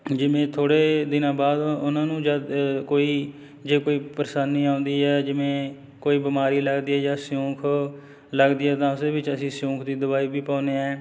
ਜਿਵੇਂ ਥੋੜ੍ਹੇ ਦਿਨਾਂ ਬਾਅਦ ਉਹਨਾਂ ਨੂੰ ਜਦੋਂ ਕੋਈ ਜੇ ਕੋਈ ਪਰੇਸ਼ਾਨੀ ਆਉਂਦੀ ਹੈ ਜਿਵੇਂ ਕੋਈ ਬਿਮਾਰੀ ਲੱਗਦੀ ਹੈ ਜਾਂ ਸਿਉਂਕ ਲੱਗਦੀ ਹੈ ਤਾਂ ਉਸਦੇ ਵਿੱਚ ਅਸੀਂ ਸਿਉਂਕ ਦੀ ਦਵਾਈ ਵੀ ਪਾਉਂਦੇ ਹਾਂ